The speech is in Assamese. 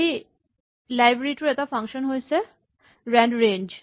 এই লাইব্ৰেৰী টোৰ এটা ফাংচন হৈছে ৰেন্ডৰেঞ্জ